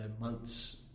months